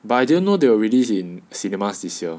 but I didn't know they were released in cinemas this year